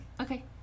Okay